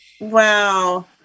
wow